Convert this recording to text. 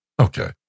Okay